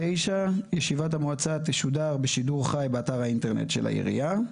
ישיבת המועצה תשודר בשידור חי באתר האינטרנט של העירייה.